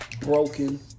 broken